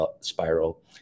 spiral